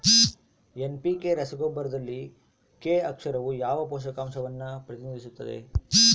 NPK ರಸಗೊಬ್ಬರದಲ್ಲಿ K ಅಕ್ಷರವು ಯಾವ ಪೋಷಕಾಂಶವನ್ನು ಪ್ರತಿನಿಧಿಸುತ್ತದೆ?